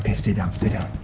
and stay down, stay down